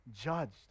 judged